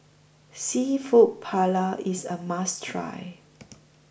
Seafood Paella IS A must Try